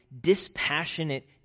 dispassionate